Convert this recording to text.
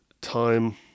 Time